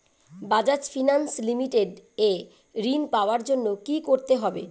Bajaj finance limited এ ঋন পাওয়ার জন্য কি করতে হবে?